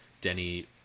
Denny